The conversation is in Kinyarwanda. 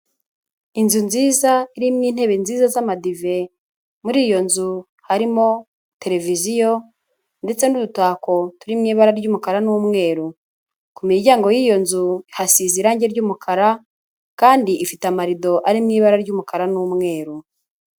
Inzu nziza irimo intebe nziza z'amadive, muri iyo nzu harimo televiziyo ndetse n'utako turi mu ibara ry'umukara n'umweru. Ku miryango y'iyo nzu, hasize irangi ry'umukara kandi ifite amarido arimo ibara ry'umukara n'umweru.